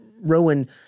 Rowan